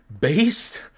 based